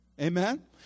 Amen